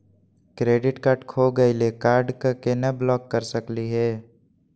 Credit card खो गैली, card क केना ब्लॉक कर सकली हे?